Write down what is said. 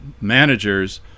managers